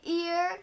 ear